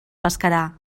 pescarà